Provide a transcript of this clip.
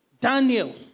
Daniel